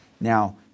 Now